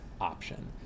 option